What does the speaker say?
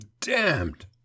damned